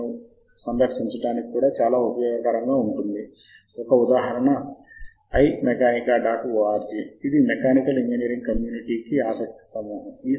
సమాచారము ఎలా కనిపిస్తుందో మీకు వివరించడానికి నేను ఇక్కడ స్క్రీన్ షాట్ను ఉపయోగిస్తున్నాను జాబ్ రెఫ్ సాఫ్ట్వేర్ ఇది ఇంటర్నెట్ లో లభించే ఓపెన్ సోర్స్ సాఫ్ట్వేర్ ఉచితంగా లభిస్తుంది